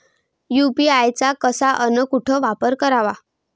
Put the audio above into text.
UPI चा कसा अन कुटी वापर कराचा?